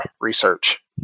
research